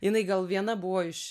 jinai gal viena buvo iš